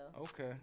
Okay